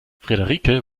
frederike